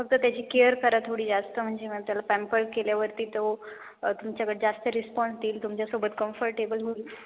फक्त त्याची केअर करा थोडी जास्त म्हणजे मग त्याला पॅम्पर्ड केल्यावरती तो तुमच्याकडे जास्त रिस्पॉन्स देईल तुमच्यासोबत कम्फर्टेबल होईल